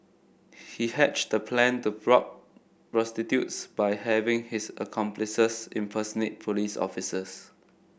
he hatched the plan to rob prostitutes by having his accomplices impersonate police officers